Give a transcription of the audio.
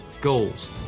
goals